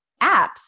apps